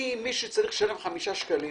מי שצריך לשלם 5 שקלים